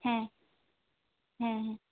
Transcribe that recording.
ᱦᱮᱸ ᱦᱮᱸ ᱦᱮᱸ